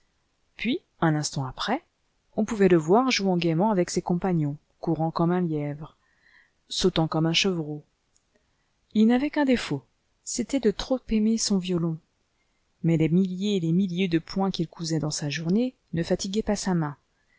puis un instant après on pouvait le voir jouant gaiement avec ses compagnons courant comme un lièvre sautant comme un chevreau il n'avait qu'un défaut c'était de trop aimer son violon mais les milliers et les milliers de points qu'il cousait dans sa journée ne fatiguaient pas sa main